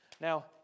Now